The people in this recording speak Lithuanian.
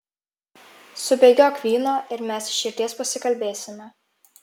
subėgiok vyno ir mes iš širdies pasikalbėsime